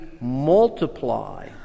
multiply